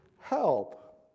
help